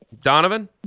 Donovan